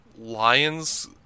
lion's